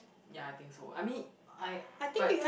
yeah I think so I mean I